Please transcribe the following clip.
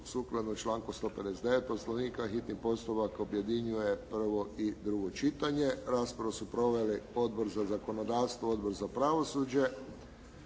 sukladno članku 159. Poslovnika. Hitni postupak objedinjuje prvo i drugo čitanje. Raspravu su proveli Odbor za zakonodavstvo i Odbor za pravosuđe.